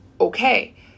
okay